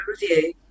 review